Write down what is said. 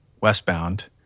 westbound